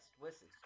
Listen